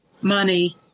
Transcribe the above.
money